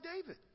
David